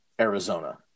arizona